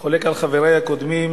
חולק על חברי הקודמים,